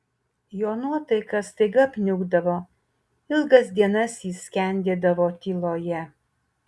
jo nuotaika staiga apniukdavo ilgas dienas jis skendėdavo tyloje